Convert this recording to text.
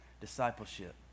Discipleship